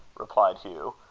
replied hugh,